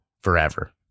forever